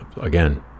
again